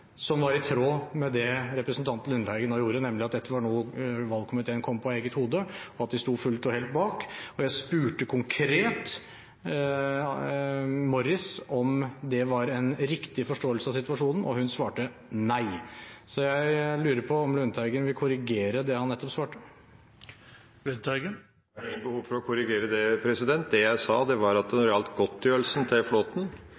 som var i tråd med det representanten Lundteigen nå gjorde, nemlig at dette var noe valgkomiteen kom på etter eget hode, og at de sto fullt og helt bak. Jeg spurte konkret Morris om det var en riktig forståelse av situasjonen, og hun svarte «Nei». Jeg lurer på om Lundteigen vil korrigere det han nettopp svarte? Jeg har ingen behov for å korrigere det. Det jeg sa, var at når det